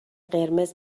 قرمز